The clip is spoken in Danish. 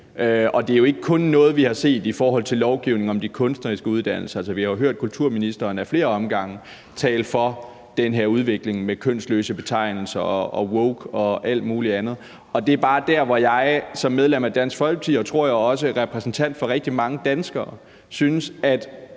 det er jo ikke kun noget, vi har set i forhold til lovgivning om de kunstneriske uddannelser. Altså, vi har jo hørt kulturministeren ad flere omgange tale for den her udvikling med kønsløse betegnelser, woke og alt muligt andet, og det er bare der, hvor jeg som medlem af Dansk Folkeparti og, tror jeg også, som repræsentant for rigtig mange danskere synes, at